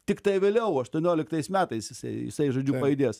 tiktai vėliau aštuonioliktais metais jisai jisai žodžiu pajudės